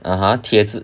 (uh huh) 铁字